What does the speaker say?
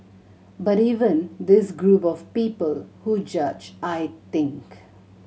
but even this group of people who judge I think